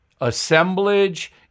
assemblage